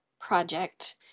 project